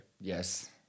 Yes